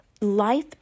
Life